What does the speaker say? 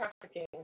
trafficking